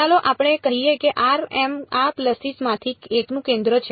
ચાલો આપણે કહીએ કે આ પલ્સીસ્ માંથી એકનું કેન્દ્ર છે